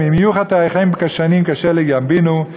אם יהיו חטאיכם כשנים כשלג ילבינו,